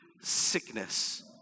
sickness